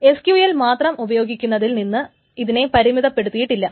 SQL മാത്രം ഉപയോഗിക്കുന്നതിൽ നിന്ന് ഇതിനെ പരിമിതപ്പെടുത്തിയിട്ടില്ല